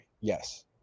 Yes